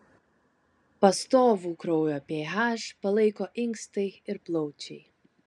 pastovų kraujo ph palaiko inkstai ir plaučiai